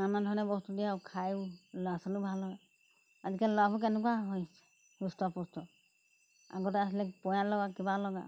নানা ধৰণে বস্তু দিয়ে আৰু খায়ো ল'ৰা ছোৱালীৰো ভাল হয় আজিকালি ল'ৰাবোৰ কেনেকুৱা হৈছে হুষ্ট পুষ্ট আগতে আছিলে পয়ালগা কিবা লগা